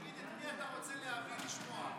תגיד את מי אתה רוצה להביא לשמוע.